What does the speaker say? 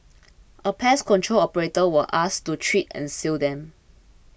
a pest control operator was asked to treat and seal them